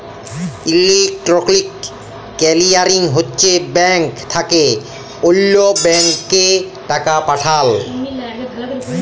electronic clearing হছে bank থ্যাকে অল্য ব্যাংকে টাকা পাঠাল